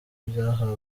byahawe